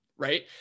Right